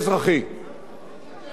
לא חובה, בהתנדבות.